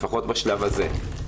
לפחות בשלב הזה.